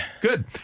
Good